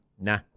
Nah